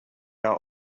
are